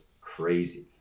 crazy